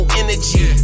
energy